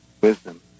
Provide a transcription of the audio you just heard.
wisdom